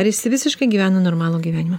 ar jis visiškai gyvena normalų gyvenimą